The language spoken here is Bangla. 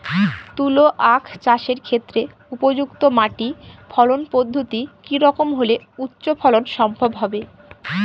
তুলো আঁখ চাষের ক্ষেত্রে উপযুক্ত মাটি ফলন পদ্ধতি কী রকম হলে উচ্চ ফলন সম্ভব হবে?